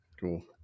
Cool